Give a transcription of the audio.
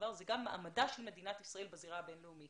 זה גם מעמדה של ישראל בזירה הבין-לאומית